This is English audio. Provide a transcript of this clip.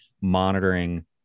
monitoring